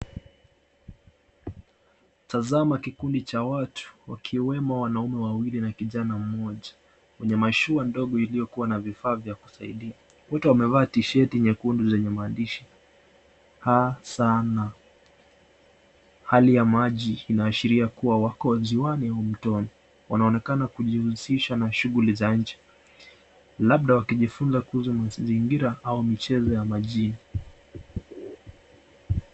Tazama kikundi cha watu, wakiwemo wanaume wawili na kijana mmoja, kwenye mashua ndogo iliyokua na vifaa vya kusaidia. Wote wamevaa tisheti nyekundu yenye maandishi Ha Sa Na . Hali ya maji inaashiria kua wako ziwani ama mtoni. Wanaonekana kujihusisha na shughuli za nje labda wakijifunza kuhusa mazingira au michezo ya majini.